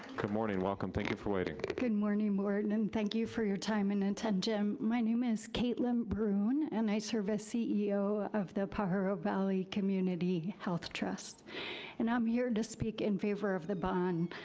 good morning, welcome, thank you for waiting. good morning, board, and and thank you for your time and attention. um my name is caitlin brune and i serve as ceo of the pajaro valley community health trust and i'm here to speak in favor of the bond.